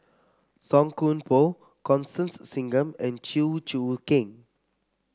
Song Koon Poh Constance Singam and Chew Choo Keng